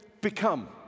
become